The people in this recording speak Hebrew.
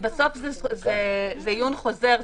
בסוף זה עיון חוזר.